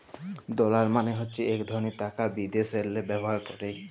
dollar মালে হছে ইক ধরলের টাকা বিদ্যাশেল্লে ব্যাভার ক্যরে